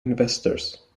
investors